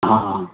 हँ